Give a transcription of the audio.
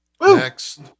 Next